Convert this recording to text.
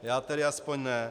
Já tedy aspoň ne.